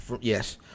yes